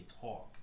talk